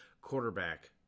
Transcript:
quarterback